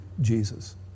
Jesus